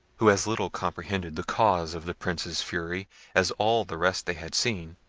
who as little comprehended the cause of the prince's fury as all the rest they had seen,